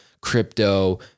crypto